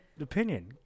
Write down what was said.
opinion